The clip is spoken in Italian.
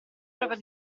propria